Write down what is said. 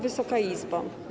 Wysoka Izbo!